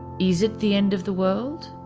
is it the end of the world?